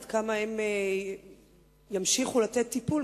עד כמה הם ימשיכו לתת טיפול.